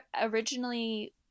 originally